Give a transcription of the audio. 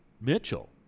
mitchell